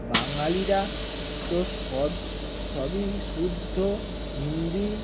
বাঙালিরা তো সব সবই শুদ্ধ হিন্দি